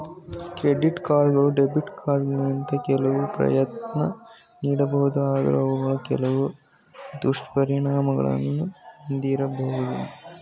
credit ಕಾರ್ಡ್ಗಳು debit ಕಾರ್ಡ್ಗಿಂತ ಕೆಲವು ಪ್ರಯೋಜ್ನ ನೀಡಬಹುದು ಆದ್ರೂ ಅವುಗಳು ಕೆಲವು ದುಷ್ಪರಿಣಾಮಗಳನ್ನು ಒಂದಿರಬಹುದು